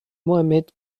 mohammed